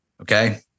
Okay